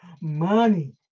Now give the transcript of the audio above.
money